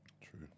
True